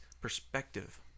perspective